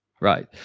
Right